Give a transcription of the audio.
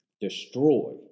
Destroy